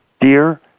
Dear